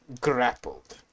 grappled